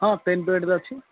ହଁ pen packet ବି ଅଛି